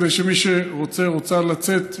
כדי שמי שרוצה או רוצָה לצאת,